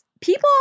people